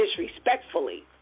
disrespectfully